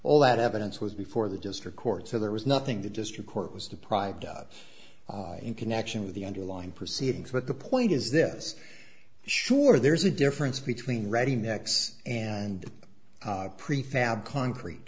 all that evidence was before the district court so there was nothing to just record was deprived of in connection with the underlying proceedings but the point is this sure there's a difference between reading next and prefab concrete